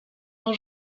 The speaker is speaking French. ont